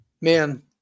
Man